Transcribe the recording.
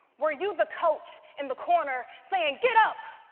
were you the coach in the corner saying, get up,